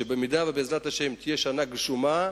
שאם בעזרת השם תהיה שנה גשומה,